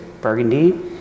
Burgundy